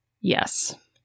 Yes